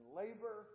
labor